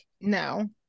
no